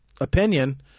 opinion